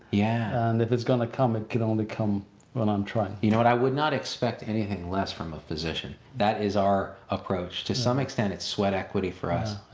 yeah and if it's gonna come, it can only come when i'm trying. you know what, i would not expect anything less from a physician. that is our approach. to some extent, it's sweat equity for us.